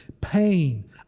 pain